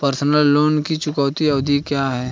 Personal loan की चुकौती अवधि क्या है?